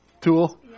tool